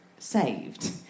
Saved